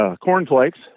cornflakes